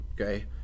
Okay